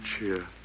cheer